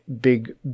big